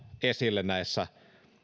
esille näissä